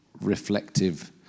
reflective